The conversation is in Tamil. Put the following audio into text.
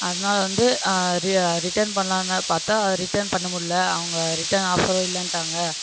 அதனால் வந்து ரிட்டர்ன் பண்ணலான்னு பார்த்தா ரிட்டர்ன் பண்ண முடியலை அவங்கள் ரிட்டர்ன் ஆஃபரும் இல்லனுட்டாங்க